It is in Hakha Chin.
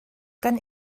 kan